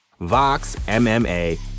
VOXMMA